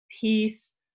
peace